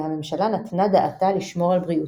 והממשלה נתנה דעתה לשמור על בריאותו.